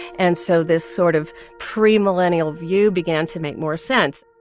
and so this sort of premillennial view began to make more sense